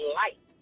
light